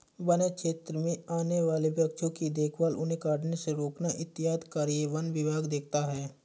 वन्य क्षेत्र में आने वाले वृक्षों की देखभाल उन्हें कटने से रोकना इत्यादि कार्य वन विभाग देखता है